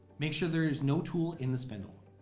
make sure there is no tool in the spindle.